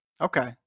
Okay